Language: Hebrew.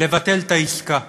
לבטל את העסקה.